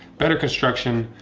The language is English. better construction.